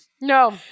No